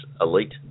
elite